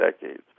decades